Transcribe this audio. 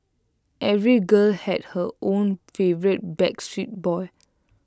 every girl had her own favourite backstreet Boy